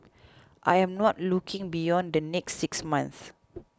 I am not looking beyond the next six months